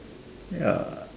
ya